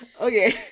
okay